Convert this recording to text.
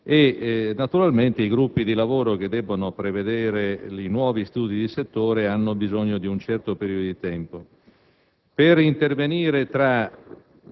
Chiaramente i gruppi di lavoro che debbono prevedere i nuovi studi di settore hanno bisogno di un certo periodo di tempo. Per intervenire tra